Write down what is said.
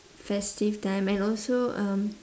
festive time and also um